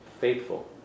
faithful